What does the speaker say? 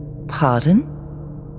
Pardon